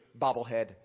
bobblehead